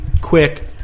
quick